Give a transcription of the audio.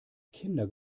kinder